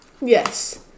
Yes